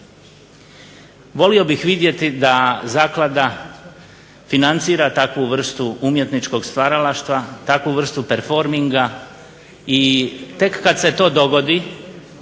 Volio bih vidjeti da zaklada financira takvu vrstu umjetničkog stvaralaštva, takvu vrstu performinga i tek kada se to dogodi